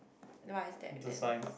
what is that then